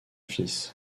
fils